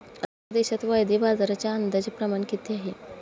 आपल्या देशात वायदे बाजाराचे अंदाजे प्रमाण किती आहे?